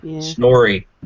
Snorri